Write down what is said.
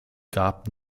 gab